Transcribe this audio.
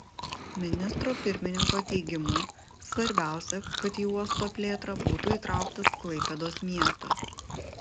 ministro pirmininko teigimu svarbiausia kad į uosto plėtrą būtų įtrauktas klaipėdos miestas